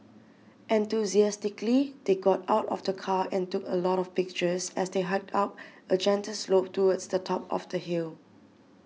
enthusiastically they got out of the car and took a lot of pictures as they hiked up a gentle slope towards the top of the hill